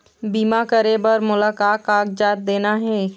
बीमा करे बर मोला का कागजात देना हे?